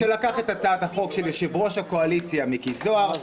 שלקח את הצעת החוק של יושב-ראש הקואליציה מיקי זוהר,